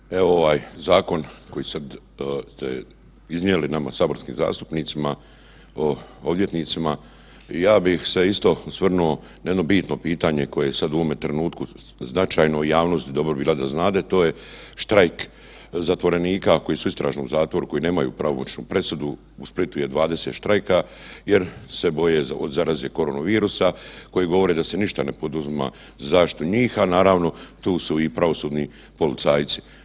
Ministre, evo ovaj zakon koji ste iznijeli nama saborskim zastupnicima o odvjetnicima ja bih se isto osvrnuo na jedno bitno pitanje koje je sad u ovome trenutku značajno i javnosti bi dobro bilo da znade, to je štrajk zatvorenika koji su u istražnom zatvoru, koji nemaju pravomoćnu presudu, u Splitu ih 20 štrajka jer se boje od zaraze korona virusa koje govore da se ništa ne poduzima u zaštiti njih, a naravno tu su i pravosudni policajci.